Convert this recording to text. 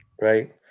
right